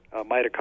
mitochondria